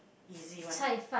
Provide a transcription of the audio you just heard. easy one lah